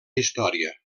història